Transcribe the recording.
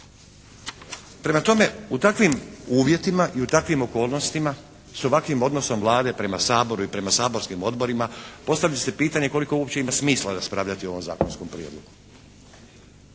Prema tome u takvim uvjetima i u takvim okolnostima s ovakvim odnosom Vlade prema Saboru i prema saborskim odborima postavlja se pitanje koliko uopće ima smisla raspravljati o ovom zakonskom prijedlogu.